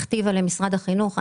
הכתיבה למשרד החינוך.